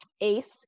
ace